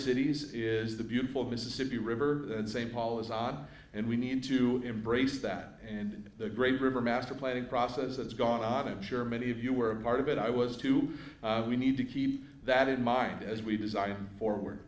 cities is the beautiful mississippi river and st paul is on and we need to embrace that and the great river master planning process that's gone on i'm sure many of you were a part of it i was too we need to keep that in mind as we design forward